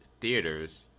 Theaters